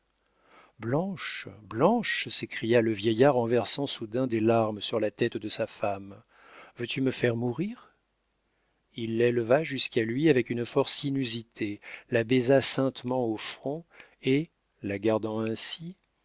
blanche blanche s'écria le vieillard en versant soudain des larmes sur la tête de sa femme veux-tu me faire mourir il l'éleva jusqu'à lui avec une force inusitée la baisa saintement au front et la gardant ainsi